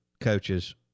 coaches